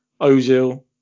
Ozil